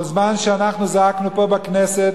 כל זמן שאנחנו זעקנו פה בכנסת,